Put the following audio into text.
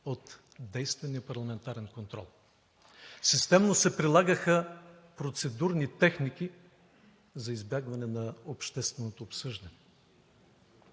от действения парламентарен контрол. Системно се прилагаха процедурни техники за избягване на общественото обсъждане.